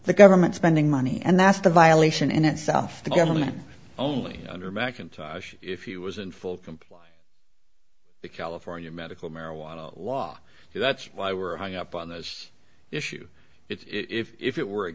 the government spending money and that's the violation and itself the government only under mcintosh if you was in full compliance the california medical marijuana law and that's why were hung up on this issue it if it were a